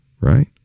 right